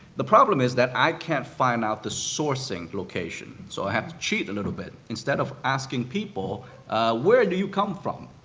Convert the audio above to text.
the problem is i cannot find out the sourcing location, so i had to cheat a little bit. instead of asking people where do you come from,